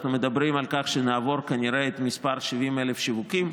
אנחנו מדברים על כך שנעבור כנראה את המספר 70,000 שיווקים,